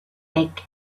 big